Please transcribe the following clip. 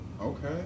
Okay